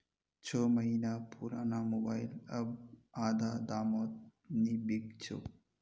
छो महीना पुराना मोबाइल अब आधा दामत नी बिक छोक